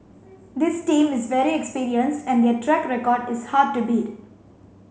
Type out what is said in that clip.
this team is very experienced and their track record is hard to beat